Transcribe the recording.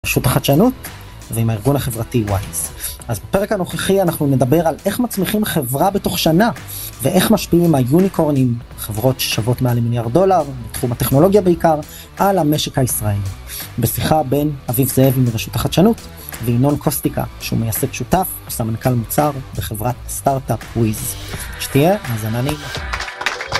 רשות החדשנות ועם הארגון החברתי וויז. אז בפרק הנוכחי אנחנו נדבר על איך מצמיחים חברה בתוך שנה ואיך משפיעים עם היוניקורנים, חברות שוות מעל מיליארד דולר, בתחום הטכנולוגיה בעיקר, על המשק הישראלי. בשיחה בין אביב זאבי מרשות החדשנות וינון קוסטיקה, שהוא מייסד שותף וסמנכל מוצר בחברת סטארט-אפ וויז. שתהיה האזנה נעימה.